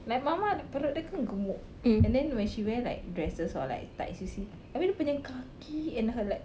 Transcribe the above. like mama perut dia kan gemuk and then when she wear like dresses or like tights you see abeh dia punya kaki and her like